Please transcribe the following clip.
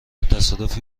تصادفی